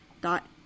dot